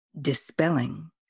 dispelling